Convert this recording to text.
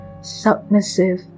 submissive